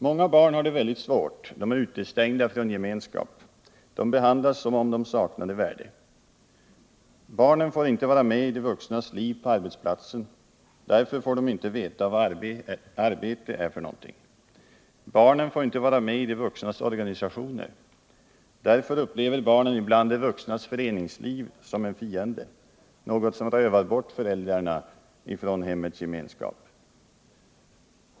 Många barn har det väldigt svårt. De är utestängda från gemenskap. De behandlas som om de saknade värde. Barnen får inte vara med i de vuxnas liv på arbetsplatsen. Därför får de inte veta vad arbete är för något. Barnen får inte vara med i de vuxnas organisationer. Därför upplever barnen ibland de vuxnas föreningsliv som en fiende, något som rövar bort föräldrarna från hemmets gemenskap.